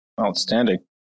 Outstanding